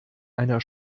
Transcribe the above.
einer